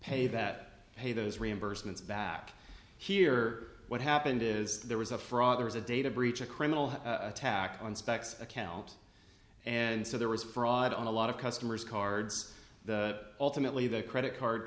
pay that pay those reimbursements back here what happened is there was a fraud there was a data breach a criminal attack on specs account and so there was fraud on a lot of customers cards ultimately the credit card